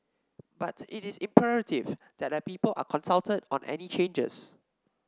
but it is imperative that the people are consulted on any changes